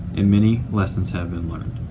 and many lessons have been learned.